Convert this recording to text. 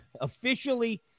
officially